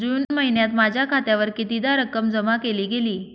जून महिन्यात माझ्या खात्यावर कितीदा रक्कम जमा केली गेली?